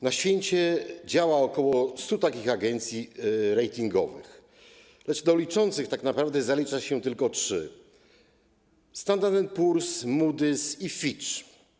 Na świecie działa ok. 100 takich agencji ratingowych, lecz do liczących tak naprawdę zalicza się tylko trzy: Standard & Poor’s, Moody’s i Fitch.